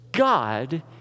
God